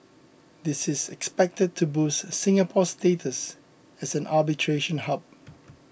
this is expected to boost Singapore's status as an arbitration hub